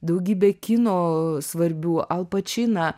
daugybę kino svarbių al pačiną